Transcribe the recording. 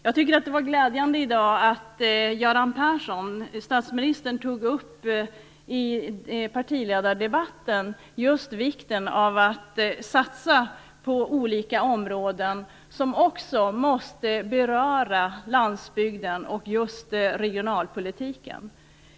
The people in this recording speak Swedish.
Jag tycker att det var glädjande att statsminister Göran Persson i dag i partiledardebatten just tog upp vikten av att satsa på olika områden som också måste beröra landsbygden och regionalpolitiken.